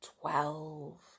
Twelve